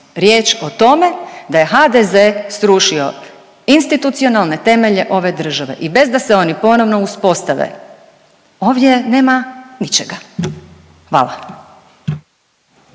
riječ o tome da je HDZ srušio institucionalne temelje ove države i bez da se oni ponovno uspostave. Ovdje nema ničega, hvala.